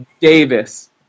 Davis